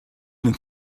even